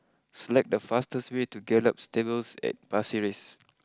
select the fastest way to Gallop Stables at Pasir Ris